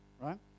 right